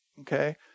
okay